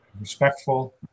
respectful